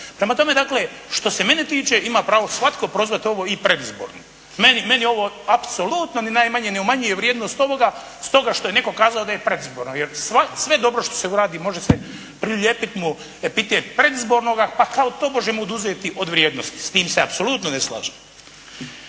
Prema tome, dakle što se mene tiče ima pravo svatko prozvati ovo i predizborno. Meni ovo apsolutno ni najmanje ne umanjuje vrijednost ovoga stoga što je netko kazao da je predizborno, jer sve dobro što se uradi može se prilijepiti mu epitet predizbornoga pa kao tobože mu oduzeti od vrijednosti. S tim se apsolutno ne slažem.